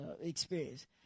experience